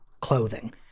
clothing